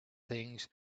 things